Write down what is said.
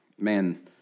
Man